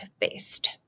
based